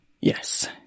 Yes